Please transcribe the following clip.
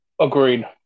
Agreed